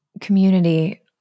community